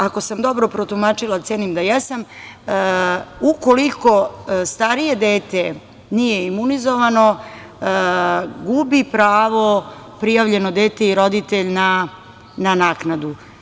Ako sam dobro protumačila, a cenim da jesam, u koliko starije dete nije imunizovano gubi pravo prijavljeno dete i roditelj na naknadu.